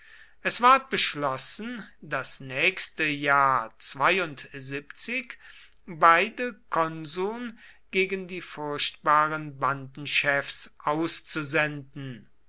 es ward beschlossen das nächste jahr beide konsuln gegen die furchtbaren bandenchefs auszusenden